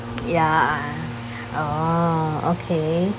ya oh okay